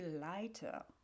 lighter